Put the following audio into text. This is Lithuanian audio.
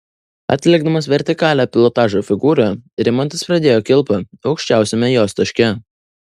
atlikdamas vertikalią pilotažo figūrą rimantas pradėjo kilpą aukščiausiame jos taške